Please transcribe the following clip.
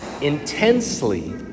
intensely